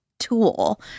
tool